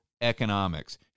economics